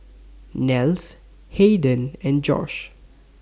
Nels Hayden and Josh